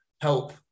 help